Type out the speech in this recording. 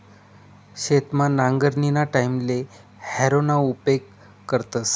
शेतमा नांगरणीना टाईमले हॅरोना उपेग करतस